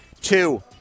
Two